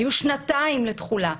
היו שנתיים לתחולה,